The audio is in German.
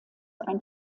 ein